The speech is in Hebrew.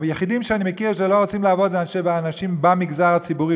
היחידים שאני מכיר שלא רוצים לעבוד אלה האנשים במגזר הציבורי,